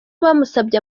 bamusabye